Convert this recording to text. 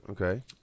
okay